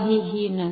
काहीही नाही